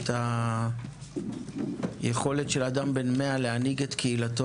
את היכולת של אדם בן 100 להנהיג את קהילתו,